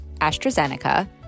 AstraZeneca